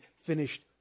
finished